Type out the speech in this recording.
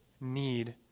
need